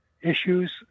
issues